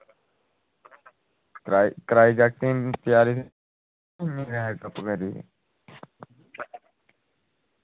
कराई जागतें गी त्यारी जां इंया गै